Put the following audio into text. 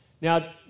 Now